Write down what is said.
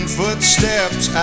footsteps